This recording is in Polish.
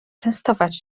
częstować